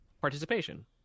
Participation